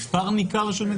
מספר ניכר של מדינות.